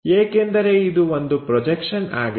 ಏಕೆಂದರೆ ಇದು ಒಂದು ಪ್ರೊಜೆಕ್ಷನ್ ಆಗಿದೆ